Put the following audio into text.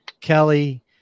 Kelly